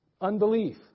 Unbelief